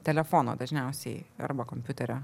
telefono dažniausiai arba kompiuterio